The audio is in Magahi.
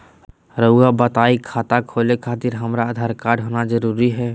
रउआ बताई खाता खोले खातिर हमरा आधार कार्ड होना जरूरी है?